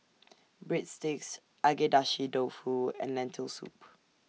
Breadsticks Agedashi Dofu and Lentil Soup